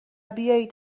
بیایید